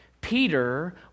Peter